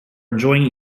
enjoying